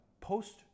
Post